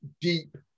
deep